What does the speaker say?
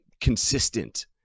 consistent